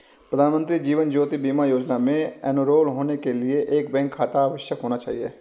प्रधानमंत्री जीवन ज्योति बीमा योजना में एनरोल होने के लिए एक बैंक खाता अवश्य होना चाहिए